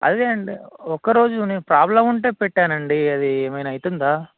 అదే అండి ఒక రోజులోనే ప్రాబ్లమ్ ఉంటే పెట్టానండి అది ఏమైనా అవుతుందా